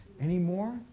Anymore